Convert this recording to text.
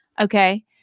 Okay